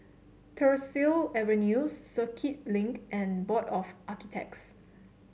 Tyersall Avenue Circuit Link and Board of Architects